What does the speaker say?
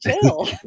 chill